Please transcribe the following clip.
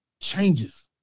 changes